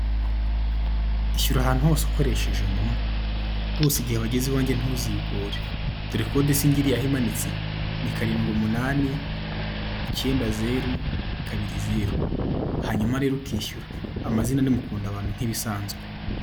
Ishyura ahantu hose ukoresheje momo gose igihe wageze iwange ntukigore si ngiriya code aho imanitse ni karindwi umunani icyenda zero kabiri zero amazina ni Mukundabantu nk'ibisanzwe.